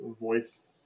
voice